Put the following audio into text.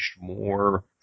more